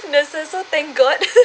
nurses thank god